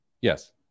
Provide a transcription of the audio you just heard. Yes